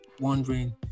wondering